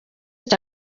icya